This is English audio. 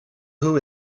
who